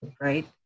right